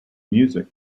music